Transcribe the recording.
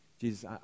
Jesus